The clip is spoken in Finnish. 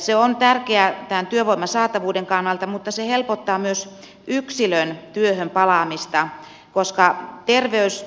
se on tärkeää tämän työvoiman saatavuuden kannalta mutta se helpottaa myös yksilön työhön palaamista koska